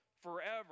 forever